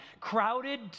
Crowded